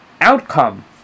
outcome